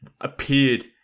appeared